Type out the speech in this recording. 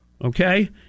Okay